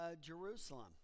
Jerusalem